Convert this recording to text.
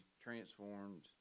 transformed